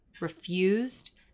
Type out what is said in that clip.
refused